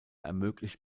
ermöglicht